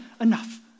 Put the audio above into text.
enough